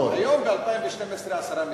היום, ב-2012, 10 מיליון.